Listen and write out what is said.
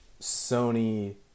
sony